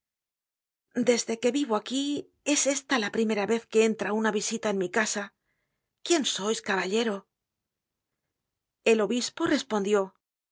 desde que vivo aquí es esta la primera vez que entra una visita en mi casa quién sois caballero el obispo respondió